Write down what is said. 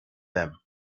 them